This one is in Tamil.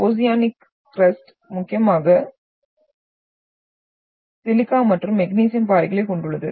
ஓசியானிக் க்ரஸ்ட் முக்கியமாக சிலிக்கா மற்றும் மெக்னீசியம் பாறைகளைக் கொண்டுள்ளது